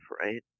right